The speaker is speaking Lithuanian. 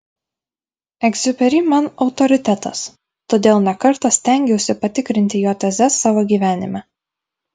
egziuperi man autoritetas todėl ne kartą stengiausi patikrinti jo tezes savo gyvenime